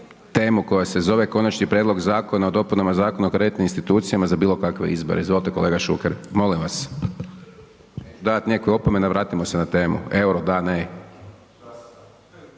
temu koja se zove Konačni prijedlog Zakona o dopunama Zakona o kreditnim institucijama za bilo kakve izbore. Izvolite kolega Šuker. Molim vas, davat nekom opomena, vratimo se na temu, EUR-o da, ne.